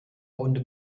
runde